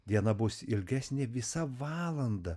diena bus ilgesnė visa valanda